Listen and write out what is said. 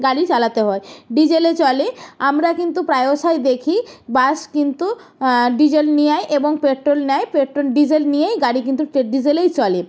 গাড়ি চালাতে হয় ডিজেলে চলে আমরা কিন্তু প্রায়শই দেখি বাস কিন্তু ডিজেল নেয়ায় এবং পেট্রল নেয় পেট্রল ডিজেল নিয়েই গাড়ি কিন্তু পেট ডিজেলেই চলে